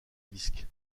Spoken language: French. disque